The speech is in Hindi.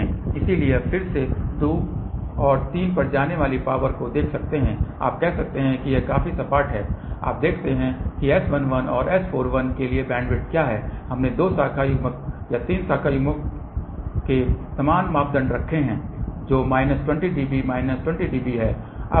इसलिए हम फिर से 2 और 3 पर जाने वाली पावर को देख सकते हैं आप कह सकते हैं कि यह काफी सपाट है और अब देखते हैं कि S11 और S41 के लिए बैंडविड्थ क्या है हमने दो शाखा युग्मक या 3 शाखा युग्मकों के समान मापदंड रखे हैं जो माइनस 20 dB माइनस 20 dB है